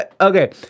Okay